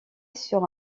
sur